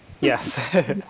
Yes